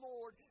Lord